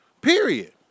period